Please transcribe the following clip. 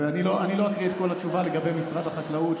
ואני לא אקריא את כל התשובה לגבי משרד החקלאות,